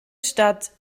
stadt